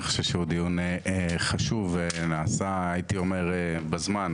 אני חושב שהוא דיון חשוב ונעשה הייתי אומר בזמן,